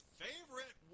favorite